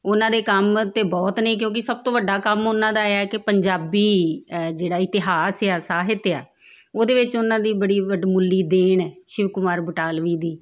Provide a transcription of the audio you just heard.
ਉਹਨਾਂ ਦੇ ਕੰਮ ਤਾਂ ਬਹੁਤ ਨੇ ਕਿਉਂਕਿ ਸਭ ਤੋਂ ਵੱਡਾ ਕੰਮ ਉਹਨਾਂ ਦਾ ਇਹ ਹੈ ਕਿ ਪੰਜਾਬੀ ਜਿਹੜਾ ਇਤਿਹਾਸ ਆ ਸਾਹਿਤ ਆ ਉਹਦੇ ਵਿੱਚ ਉਹਨਾਂ ਦੀ ਬੜੀ ਵਡਮੁੱਲੀ ਦੇਣ ਹੈ ਸ਼ਿਵ ਕੁਮਾਰ ਬਟਾਲਵੀ ਦੀ